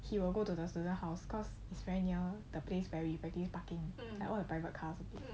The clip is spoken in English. he will go to the student house cause is very near the place very pretty parking like all the private cars